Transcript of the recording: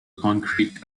concrete